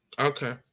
okay